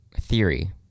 theory